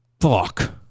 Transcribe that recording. Fuck